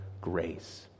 grace